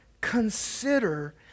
consider